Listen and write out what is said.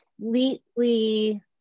completely